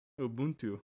Ubuntu